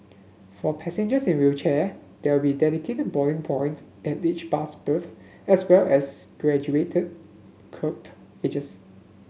for passengers in wheelchair there we dedicated boarding points at each bus berth as well as graduated kerb edges